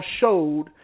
showed